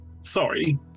sorry